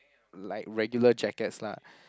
like regular jackets lah